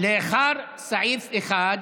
לאחר סעיף 1,